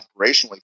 operationally